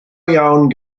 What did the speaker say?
iawn